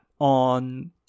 on